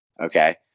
Okay